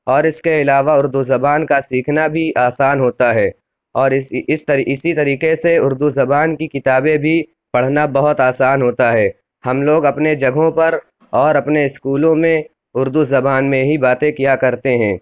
اور اِس کے علاوہ اُردو زبان کا سیکھنا بھی آسان ہوتا ہے اور اِس اِس اِسی طریقے سے اُردو زبان کی کتابیں بھی پڑھنا بہت آسان ہوتا ہے ہم لوگ اپنے جگہوں پر اور اپنے اسکولوں میں اُردو زبان میں ہی باتیں کیا کرتے ہیں